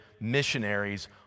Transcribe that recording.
missionaries